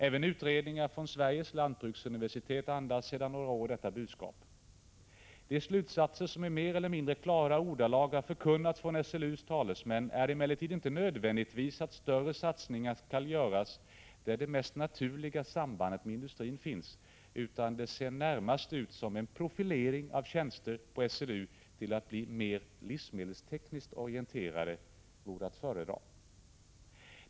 Även utredningar från Sveriges lantbruksuniversitet andas sedan några år tillbaka detta budskap. De slutsatser som i mer eller mindre klara ordalag har förkunnats av SLU:s talesmän är emellertid inte nödvändigtvis att större satsningar skall göras där det mest naturliga sambandet med industrin finns, utan det ser närmast ut som om en ”profilering” av tjänster på SLU till att bli mer livsmedelstekniskt orienterade vore att föredra.